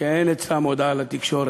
שאין אצלם הודעה לתקשורת,